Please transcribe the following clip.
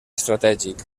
estratègic